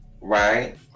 right